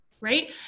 right